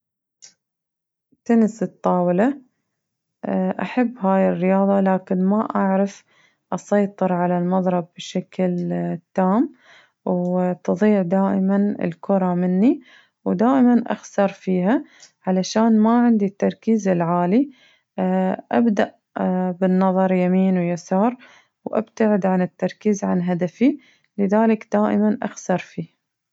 تنس الطاولة، أحب هاي الرياضة لكن ما أعرف أسيطر على المضرب بشكل تام وتضيع دائماً الكرة مني ودائماً أخسر فيها علشان ما عندي التركيز العالي أبدأ بالنظر يمين ويسار وأبتعد عن التركيز عن هدفي لذلك دائماً أخسر فيه.